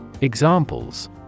Examples